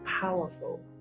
powerful